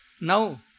Now